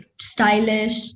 stylish